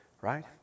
right